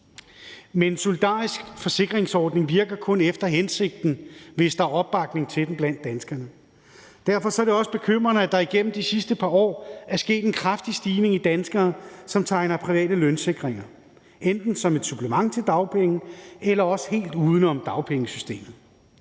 Men en solidarisk forsikringsordning virker kun efter hensigten, hvis der er opbakning til den blandt danskerne, og derfor er det også bekymrende, at der igennem de sidste par år er sket en kraftig stigning i antallet af danskere, som tegner private lønforsikringer, enten som et supplement til dagpenge eller også helt uden om dagpengesystemet.